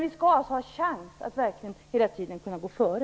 Vi skall alltså ha chans att hela tiden gå före.